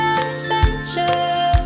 adventure